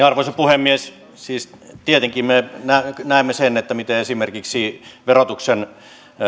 arvoisa puhemies siis tietenkin me näemme sen miten esimerkiksi verotuksen